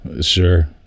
Sure